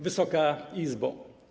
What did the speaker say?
Wysoka Izbo!